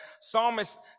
psalmist